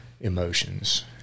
emotions